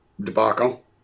debacle